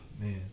man